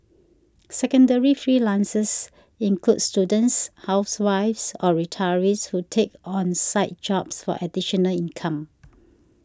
secondary freelancers include students housewives or retirees who take on side jobs for additional income